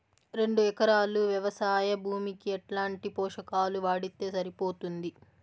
రెండు ఎకరాలు వ్వవసాయ భూమికి ఎట్లాంటి పోషకాలు వాడితే సరిపోతుంది?